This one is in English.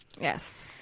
Yes